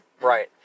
Right